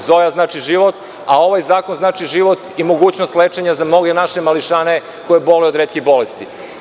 Zoja znači život, a ovaj zakon znači život i mogućnost lečenja za mnoge naše mališane, koji boluju od retke bolesti.